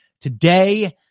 today